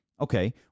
Okay